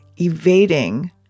evading